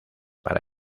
para